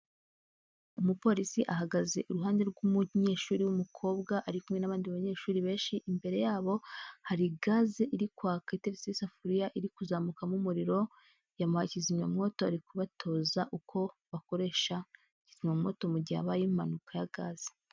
Umupolisi ahagaze iruhande rw'umunyeshuri w'umukobwa ari kumwe n'abandi banyeshuri benshi, imbere yabo hari gaze iri kwaka iteretseho isafuriya iri kuzamukamo umuriro, yamuhaye kizimyamoto ari kubatoza uko bakoresha kizimyamoto mu gihe habayeho impanuka ya gaze.